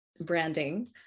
branding